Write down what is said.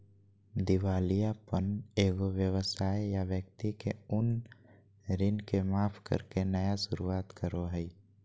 दिवालियापन एगो व्यवसाय या व्यक्ति के उन ऋण के माफ करके नया शुरुआत करो हइ